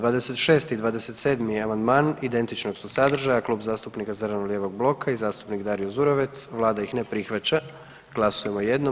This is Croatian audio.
26. i 27. amandman identičnog su sadržaja, Kluba zastupnika zeleno-lijevog bloka i zastupnik Dario Zurovec, Vlada ih ne prihvaća, glasujemo jednom.